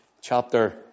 chapter